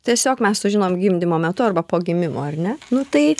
tiesiog mes sužinom gimdymo metu arba po gimimo ar ne nu tai